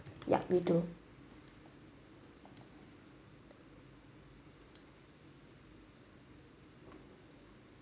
yup we do